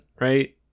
Right